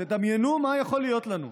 תדמיינו מה יכול להיות לנו.